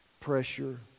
Pressure